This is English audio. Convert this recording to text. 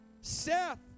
Seth